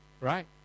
Right